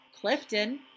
Clifton